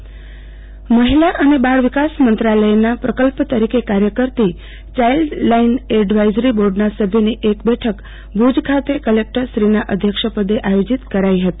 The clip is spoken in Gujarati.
યાઈલ્ડ લાઈન એડવાઈઝરી બોર્ડની બેઠક મહિલા અને બાળ વિકાસ મંત્રાલયના પ્રકલ્પ તરીકે કાર્ય કરતી ચાઈલ્ડ લાઈન એડવાઈઝરી બોર્ડના સભ્યોની એક બેઠક ભુજ ખાતે કલેકટરશ્રીના અધ્યક્ષપદે આયોજીત કરાઈ હતી